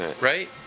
right